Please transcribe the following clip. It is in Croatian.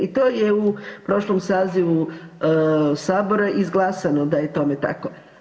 I to je u prošlom sazivu Sabora izglasano da je tome tako.